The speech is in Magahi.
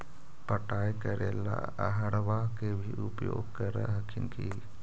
पटाय करे ला अहर्बा के भी उपयोग कर हखिन की?